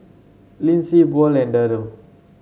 Lissie Buel and Darell